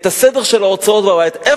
שנים,